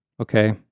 Okay